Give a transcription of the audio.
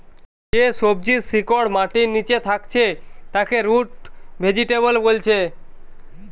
যে সবজির শিকড় মাটির লিচে থাকছে তাকে রুট ভেজিটেবল বোলছে